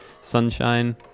sunshine